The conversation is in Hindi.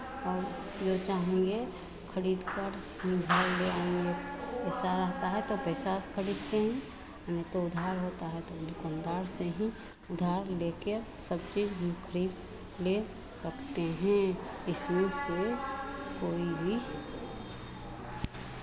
और जो चाहेंगे खरीद कर हम घर ले आएंगे पैसा रहता है तो पैसा से खरीदते हैं नहीं तो उधार होता है तो उनको हम उधार से ही हम लेके सब चीज़ हम खरीद ले सकते हैं इसमें से कोई भी